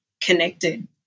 connected